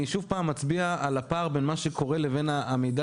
אבל אני מצביע על הפער בין מה שקורה לבין המידע